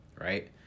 right